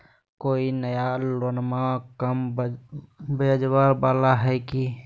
कोइ नया लोनमा कम ब्याजवा वाला हय की?